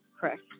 Correct